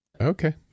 Okay